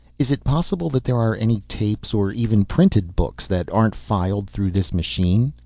is it possible that there are any tapes or even printed books that aren't filed through this machine?